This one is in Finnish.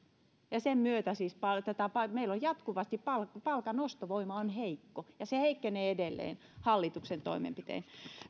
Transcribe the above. sen myötä meillä on jatkuvasti palkan palkan ostovoima heikko ja se heikkenee edelleen hallituksen toimenpitein